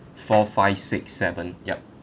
four five six seven yup